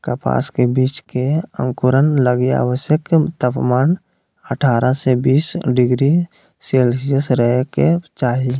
कपास के बीज के अंकुरण लगी आवश्यक तापमान अठारह से बीस डिग्री सेल्शियस रहे के चाही